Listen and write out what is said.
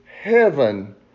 heaven